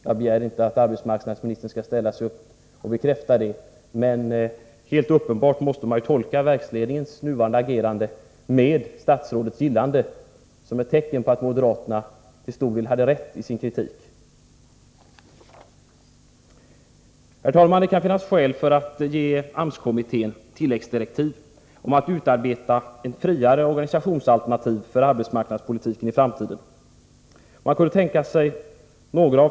Jag begär inte att arbetsmarknadsministern skall ställa sig upp och bekräfta detta, men uppenbarligen måste man tolka den nuvarande verksledningens agerande, med statsrådets gillande, som ett tecken på att moderaterna till stor del hade rätt i sin kritik. Herr talman! Det kan därför finnas skäl för att ge AMS-kommittén tilläggsdirektiv om att utarbeta ett friare organisationsalternativ för arbetsmarknadspolitiken i framtiden.